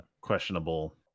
questionable